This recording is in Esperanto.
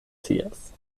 scias